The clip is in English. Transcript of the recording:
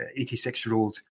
86-year-old